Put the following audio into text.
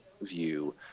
view